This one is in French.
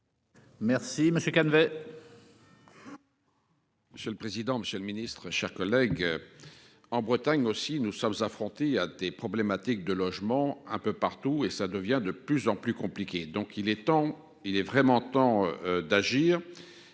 Merci monsieur Calvet.